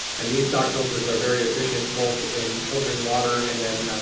and these sock filters are very efficient both in filtering water and then,